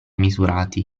misurati